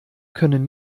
können